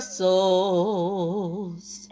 souls